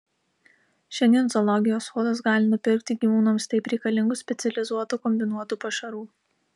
šiandien zoologijos sodas gali nupirkti gyvūnams taip reikalingų specializuotų kombinuotų pašarų